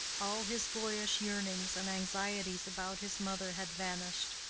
all his boyish yearnings and anxieties about his mother had vanished.